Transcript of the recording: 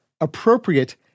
appropriate